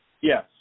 Yes